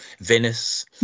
Venice